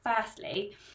firstly